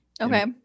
Okay